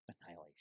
annihilation